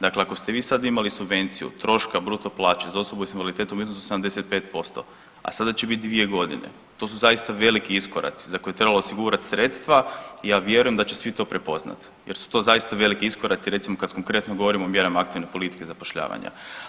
Dakle, ako ste vi sad imali subvenciju troška bruto plaće za osobu s invaliditetom u iznosu od 75%, a sada će biti dvije godine to su zaista veliki iskoraci za koje je trebalo osigurati sredstva i ja vjerujem da će svi to prepoznat jer su to zaista veliki iskoraci, recimo kad konkretno govorimo o mjerama aktivne politike zapošljavanja.